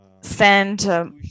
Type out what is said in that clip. send